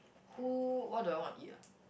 who what do I want to eat ah